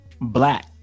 black